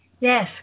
yes